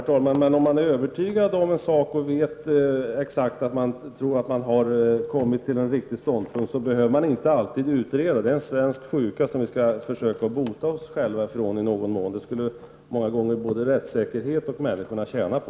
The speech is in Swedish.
Herr talman! Om man är övertygad om en sak och vet exakt att man har kommit till rätt ståndpunkt, behöver man inte utreda. Att utreda är en svensk sjukdom som vi skall försöka bota oss själva ifrån i någon mån. Det skulle många gånger både rättssäkerhet och människor tjäna på.